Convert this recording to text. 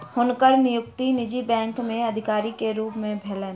हुनकर नियुक्ति निजी बैंक में अधिकारी के रूप में भेलैन